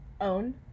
own